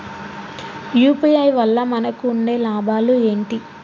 UPI వల్ల మనకు ఉండే లాభాలు ఏంటి?